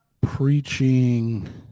preaching